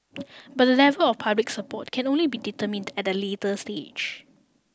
but the level of public support can only be determined at a later stage